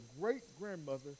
great-grandmother